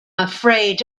afraid